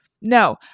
No